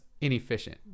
inefficient